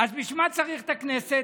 אז בשביל מה צריך את הכנסת?